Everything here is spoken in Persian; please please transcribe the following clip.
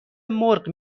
مرغ